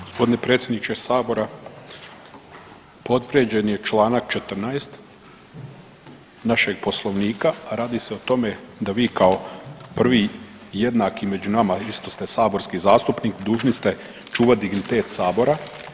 Gospodine predsjedniče sabora, povrijeđen je Članak 14. našeg Poslovnika, a radi se o tome da vi kao prvi i jednaki među nama isto ste saborski zastupnik dužni ste čuvati dignitet sabora.